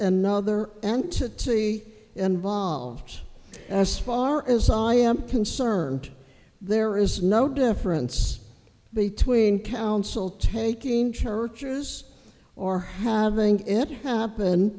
another entity involved as far as i am concerned there is no difference between council taking churches or having it happen